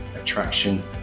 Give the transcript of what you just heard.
Attraction